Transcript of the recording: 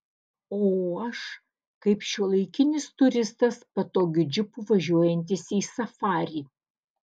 o aš kaip šiuolaikinis turistas patogiu džipu važiuojantis į safarį